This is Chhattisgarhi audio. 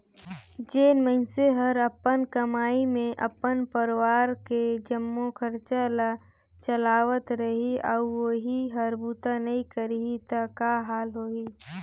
जेन मइनसे हर अपन कमई मे अपन परवार के जम्मो खरचा ल चलावत रही अउ ओही हर बूता नइ करही त का हाल होही